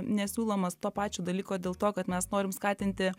nesiūlomas to pačio dalyko dėl to kad mes norim skatinti